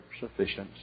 sufficiency